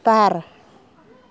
बार